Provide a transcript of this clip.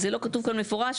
זה לא כתוב כאן במפורש,